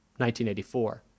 1984